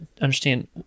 understand